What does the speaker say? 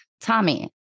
Tommy